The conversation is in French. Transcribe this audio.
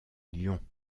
lyon